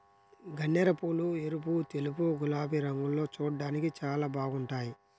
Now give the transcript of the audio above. గన్నేరుపూలు ఎరుపు, తెలుపు, గులాబీ రంగుల్లో చూడ్డానికి చాలా బాగుంటాయ్